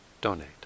donate